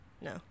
no